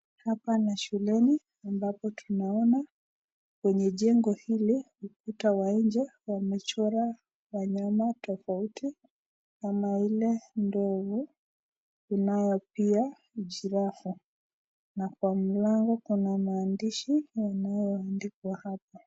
Hapa ni shuleni ambayo tunaona kwenye jengo hili ukuta wa njee wamechora wanyama tofauti kama vile ndovu kunayo pia girafu na kwa mlango kuna maandishi yanayo andikwa hapo.